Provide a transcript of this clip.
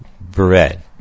bread